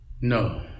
No